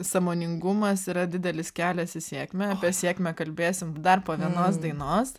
sąmoningumas yra didelis kelias į sėkmę apie sėkmę kalbėsim dar po vienos dainos